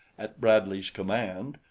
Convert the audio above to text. at bradley's command,